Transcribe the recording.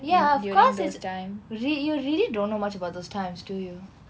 ya of course it's time real~ you really don't know much about those times do you